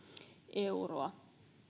euroa